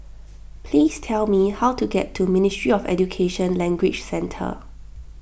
please tell me how to get to Ministry of Education Language Centre